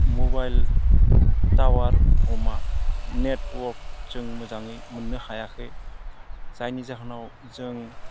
mobile tower हमा network जों मोजाङै मोन्नो हायाखै जायनि जाहोनाव जों